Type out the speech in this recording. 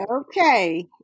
Okay